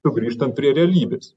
sugrįžtant prie realybės